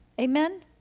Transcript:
Amen